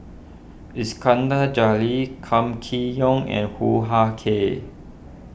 Iskandar Jalil Kam Kee Yong and Hoo Ah Kay